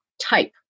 type